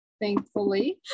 thankfully